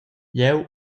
jeu